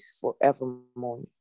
forevermore